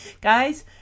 Guys